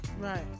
Right